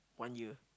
one year